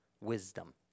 wisdom